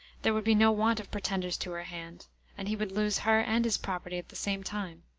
there would be no want of pretenders to her hand and he would lose her and his property at the same time.